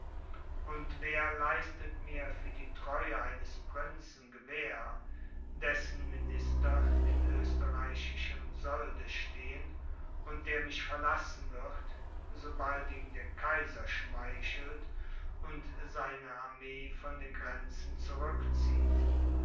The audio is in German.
und wer leistet mir für die treue eines prinzen gewähr dessen minister in österreichischem solde stehen und der mich verlassen wird sobald ihm der kaiser schmeichelt und seine armee von den grenzen zurückzieht